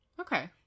Okay